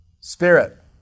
spirit